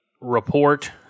report